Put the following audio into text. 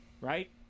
right